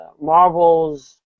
Marvel's